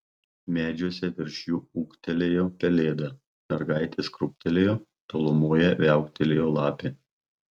medžiuose virš jų ūktelėjo pelėda mergaitės krūptelėjo tolumoje viauktelėjo lapė